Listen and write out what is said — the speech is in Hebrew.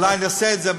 אולי נעשה את זה,